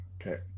Okay